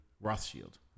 Rothschild